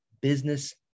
Business